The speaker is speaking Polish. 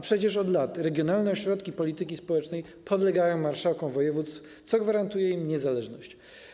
Przecież od lat regionalne ośrodki polityki społecznej podlegają marszałkom województw, co gwarantuje im niezależność.